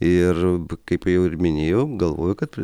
ir kaip jau ir minėjau galvoju kad